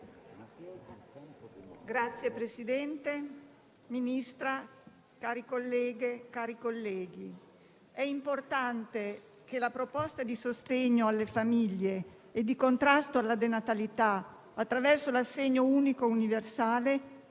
Presidente, signora Ministro, colleghe e colleghi, è importante che la proposta di sostegno alle famiglie e di contrasto alla denatalità attraverso l'assegno unico universale